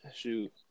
Shoot